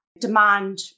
demand